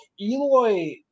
Eloy